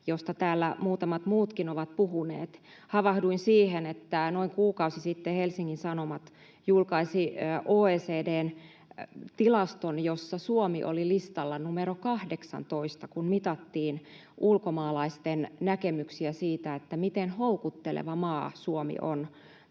josta täällä muutamat muutkin ovat puhuneet. Havahduin siihen, kun noin kuukausi sitten Helsingin Sanomat julkaisi OECD:n tilaston, jossa Suomi oli listalla numero 18, kun mitattiin ulkomaalaisten näkemyksiä siitä, miten houkutteleva maa Suomi on